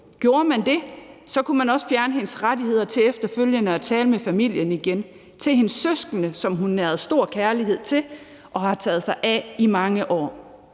Gjorde man det, kunne man også fjerne hendes rettigheder til efterfølgende at tale med familien igen, med sine søskende, som hun nærede stor kærlighed til og tog sig af i mange år.